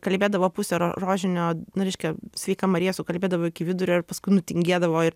kalbėdavo pusę rožinio nu reiškia sveika marija sukalbėdavo iki vidurio ir paskui nu tingėdavo ir